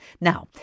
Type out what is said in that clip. Now